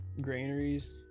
granaries